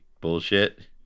bullshit